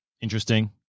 Interesting